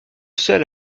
seul